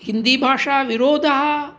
हिन्दीभाषाविरोधः